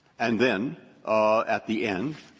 and then at the end,